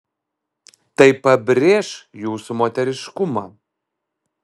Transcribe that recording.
tai pabrėš jūsų moteriškumą